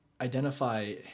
identify